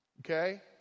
Okay